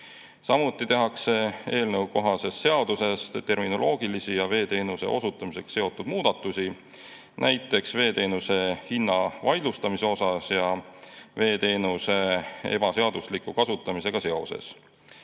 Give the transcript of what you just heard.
Samuti tehakse eelnõukohases seaduses terminoloogilisi ja veeteenuse osutamisega seotud muudatusi, näiteks veeteenuse hinna vaidlustamise ja veeteenuse ebaseadusliku kasutamisega seoses.